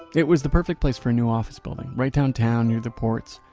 it was the perfect place for a new office building. right downtown near the ports,